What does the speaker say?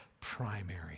primary